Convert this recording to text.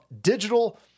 digital